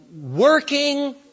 working